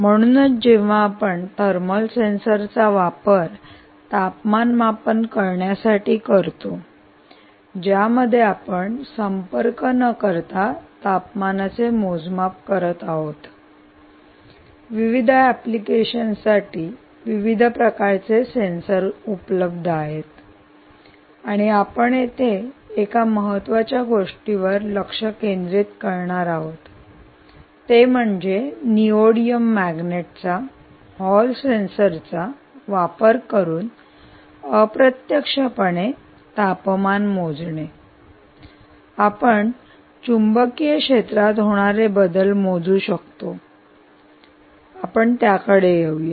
म्हणूनच जेव्हा आपण थर्मल सेन्सरचा वापर तापमान मापन करण्यासाठी करतो ज्यामध्ये आपण संपर्क न करता तापमानाचे मोजमाप करत आहोत विविध एप्लिकेशन्ससाठी विविध प्रकारचे सेन्सर उपलब्ध आहेत आणि आपण येथे एका महत्वाच्या गोष्टीवर लक्ष केंद्रित करणार आहोत ते म्हणजे नेयोडीमियम मॅग्नेटचा हॉल सेन्सरचा वापर करून अप्रत्यक्षपणे तापमान मोजणे आपण चुंबकीय क्षेत्रात होणारे बदल मोजू शकतो आपण त्याकडे येऊया